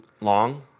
long